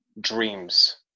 dreams